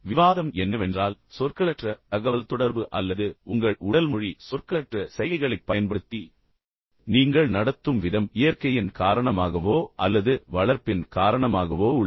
விவாதம் என்னவென்றால் சொற்களற்ற தகவல்தொடர்பு அல்லது உங்கள் உடல் மொழி சொற்களற்ற சைகைகளைப் பயன்படுத்தி நீங்கள் நடத்தும் விதம் இயற்கையின் காரணமாகவோ அல்லது வளர்ப்பின் காரணமாகவோ உள்ளது